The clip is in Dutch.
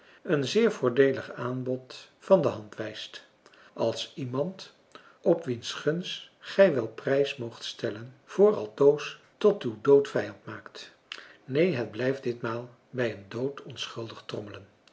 een zeer voordeelig aanbod van de hand wijst als iemand op wiens gunst gij wel prijs moogt stellen voor altoos tot uw doodvijand maakt neen het blijft ditmaal bij een doodonschuldig trommelen